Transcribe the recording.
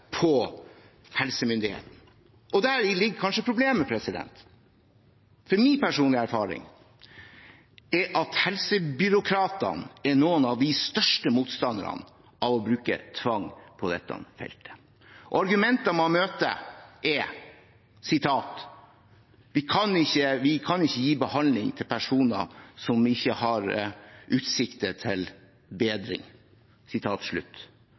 Der ligger kanskje problemet, for min personlige erfaring er at helsebyråkratene er noen av de største motstanderne av å bruke tvang på dette feltet. Argumentet man møter, er: Vi kan ikke gi behandling til personer som ikke har utsikter til bedring.